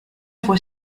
fue